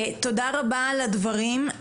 תודה רבה על הדברים,